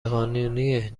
قانونیه